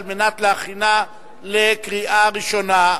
על מנת להכינה לקריאה ראשונה.